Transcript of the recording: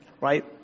Right